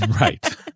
Right